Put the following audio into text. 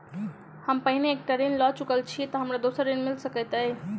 हम पहिने एक टा ऋण लअ चुकल छी तऽ दोसर ऋण मिल सकैत अई?